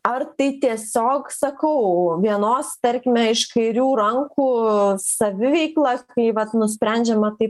ar tai tiesiog sakau vienos tarkime iš kairių rankų saviveikla kai vat nusprendžiama taip